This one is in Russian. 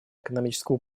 экономического